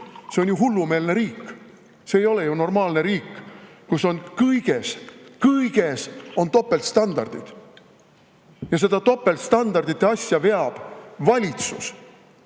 See on ju hullumeelne riik, see ei ole ju normaalne riik, kui kõiges on topeltstandardid. Ja seda topeltstandardite asja veavad valitsus,